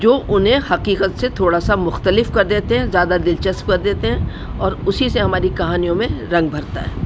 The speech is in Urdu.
جو انہیں حقیقت سے تھوڑا سا مختلف کر دیتے ہیں زیادہ دلچسپ کر دیتے ہیں اور اسی سے ہماری کہانیوں میں رنگ بھرتا ہے